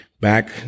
back